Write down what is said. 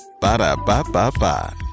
Ba-da-ba-ba-ba